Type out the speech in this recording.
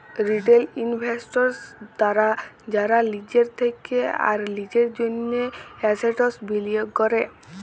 retail investors তারা যারা লিজের থেক্যে আর লিজের জন্হে এসেটস বিলিয়গ ক্যরে